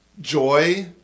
joy